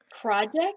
project